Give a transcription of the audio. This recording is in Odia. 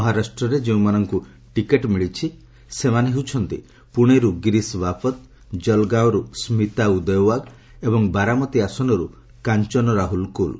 ମହାରାଷ୍ଟ୍ରରେ ଯେଉଁମାନଙ୍କୁ ଟିକେଟ୍ ମିଳିଛି ସେମାନେ ହେଲେ ପୁଣେରୁ ଗିରିଶ ବାପତ୍ ଜଲଗାଓଁରୁ ସ୍ମିତା ଉଦୟୱାଗ୍ ଏବଂ ବାରାମତି ଆସନରୁ କାଞ୍ଚନ ରାହୁଲ କୁଲ୍